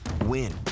win